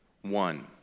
one